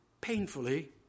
painfully